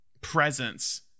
presence